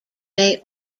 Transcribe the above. may